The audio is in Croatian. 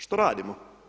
Što radimo?